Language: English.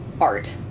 art